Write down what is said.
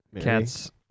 cats